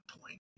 point